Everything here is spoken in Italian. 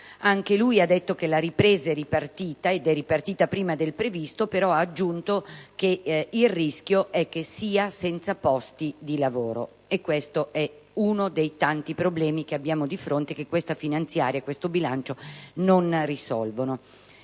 ha detto che la ripresa è ripartita prima del previsto, però ha aggiunto che c'è il rischio che sia senza posti di lavoro. Questo è uno dei tanti problemi che abbiamo di fronte e che questa finanziaria e questo bilancio non risolvono.